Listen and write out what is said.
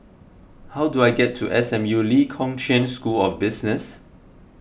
how do I get to S M U Lee Kong Chian School of Business